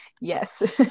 Yes